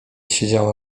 siedziała